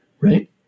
Right